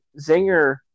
Zinger